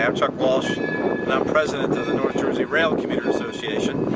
um chuck walsh and i'm president of the north jersey rail commuter association,